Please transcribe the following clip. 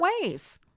ways